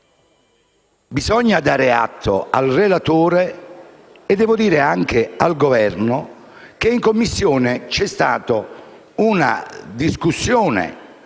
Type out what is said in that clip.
Bisogna dare atto al relatore e al Governo che in Commissione c'è stata una discussione